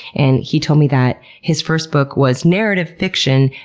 and he told me that his first book was narrative fiction,